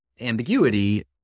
ambiguity